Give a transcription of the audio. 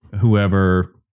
whoever